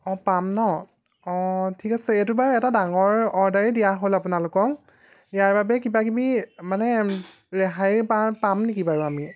অঁ পাম ন অঁ ঠিক আছে এইটো বাৰু এটা ডাঙৰ অৰ্ডাৰেই দিয়া হ'ল আপোনালোকক ইয়াৰ বাবে কিবাকিবি মানে ৰেহাই পা পাম নেকি বাৰু আমি